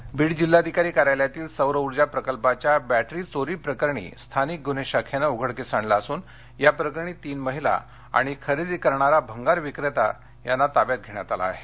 चोरी बीड बीड जिल्हाधिकारी कार्यालयातील सौर ऊर्जा प्रकल्पाच्या बेंटरी चोरी प्रकरण स्थानिक गुन्हे शाखेनं उघडकीस आणले असून याप्रकरणी तीन महिला आणि खरेदी करणारा भंगार विक्रेता यांना ताब्यात घेण्यात आलं आहे